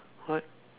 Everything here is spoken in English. what